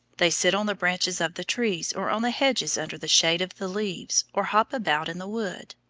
they sit on the branches of the trees, or on the hedges under the shade of the leaves, or hop about in the wood.